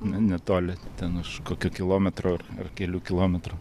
na netoli ten už kokio kilometro ar kelių kilometrų